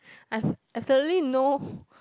I've absolutely no